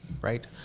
Right